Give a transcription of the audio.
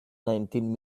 nineteen